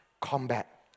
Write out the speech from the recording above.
combat